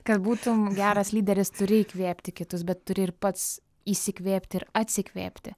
kad būtum geras lyderis turi įkvėpti kitus bet turi ir pats įsikvėpti ir atsikvėpti